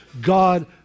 God